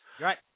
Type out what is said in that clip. Right